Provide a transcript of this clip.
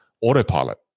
autopilot